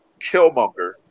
Killmonger